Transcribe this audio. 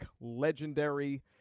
legendary